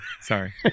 Sorry